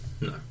no